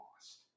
lost